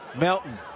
Melton